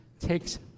takes